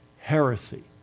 heresy